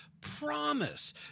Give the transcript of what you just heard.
promise